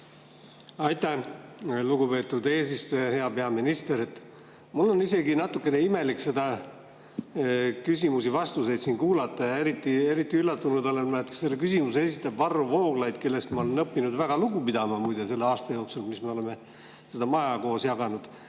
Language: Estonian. Aitäh, lugupeetud eesistuja! Hea peaminister! Mul on isegi natukene imelik neid küsimusi-vastuseid siin kuulata. Eriti üllatunud olen ma selle üle, et selle küsimuse esitas Varro Vooglaid, kellest ma olen, muide, õppinud väga lugu pidama selle aasta jooksul, mis me oleme seda maja jaganud.